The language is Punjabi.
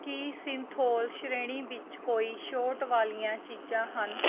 ਕੀ ਸਿੰਥੋਲ ਸ਼੍ਰੇਣੀ ਵਿੱਚ ਕੋਈ ਛੋਟ ਵਾਲੀਆਂ ਚੀਜ਼ਾਂ ਹਨ